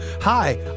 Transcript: Hi